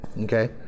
okay